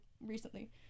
recently